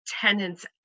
tenants